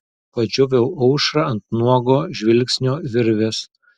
padžioviau aušrą ant nuogo žvilgsnio virvės